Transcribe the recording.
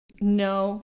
No